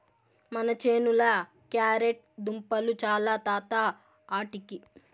మన చేనుల క్యారెట్ దుంపలు చాలు తాత ఆటికి